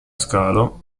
scalo